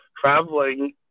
traveling